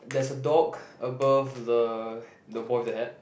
there's a dog above the the boy with the hat